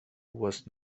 was